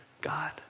God